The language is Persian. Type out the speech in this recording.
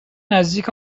نزدیک